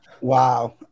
wow